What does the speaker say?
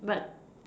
but